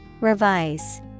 Revise